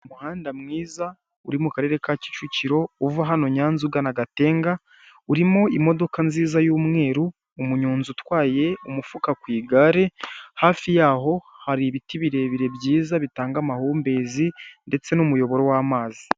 Umuhanda mwiza uri mu Karere ka kicukiro uva hano nyanza ugana gatenga urimo imodoka nziza y'umweru umunyonzi utwaye umufuka ku igare hafi yaho hari ibiti birebire byiza bitanga amahumbezi ndetse n'umuyoboro w'amazi .